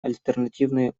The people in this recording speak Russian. альтернативные